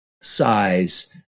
size